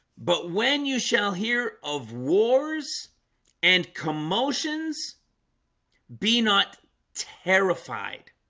but when you shall hear of wars and commotions be not terrified